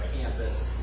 campus